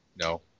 No